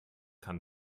kann